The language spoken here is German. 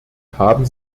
haben